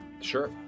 sure